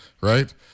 right